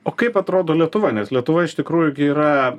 o kaip atrodo lietuva nes lietuva iš tikrųjų yra